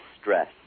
stress